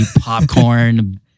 popcorn